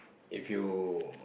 if you